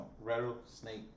Rattlesnake